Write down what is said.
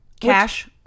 cash